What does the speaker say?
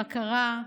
בקרה,